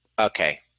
okay